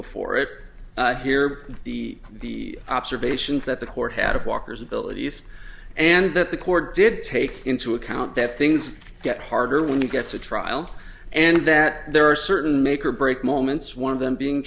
before it here the the observations that the court had of walker's abilities and that the court did take into account that things get harder when you get to trial and that there are certain make or break moments one of them being